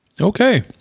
Okay